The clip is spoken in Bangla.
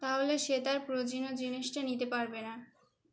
তাহলে সে তার প্রয়োজনীয় জিনিসটা নিতে পারবে না